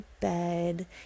bed